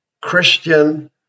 Christian